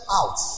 out